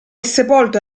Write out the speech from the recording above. sepolto